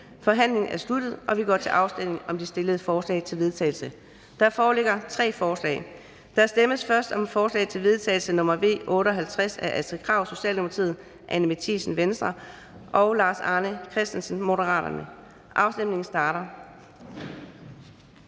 Forhandlingen er sluttet, og vi går til afstemning om de stillede forslag til vedtagelse. Der foreligger tre forslag. Der stemmes først om forslag til vedtagelse nr. V 58 af Astrid Krag (S), Anni Matthiesen (V) og Lars Arne Christensen (M). Afstemningen starter.